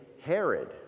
Herod